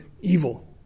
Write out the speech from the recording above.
evil